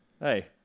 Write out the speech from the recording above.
Hey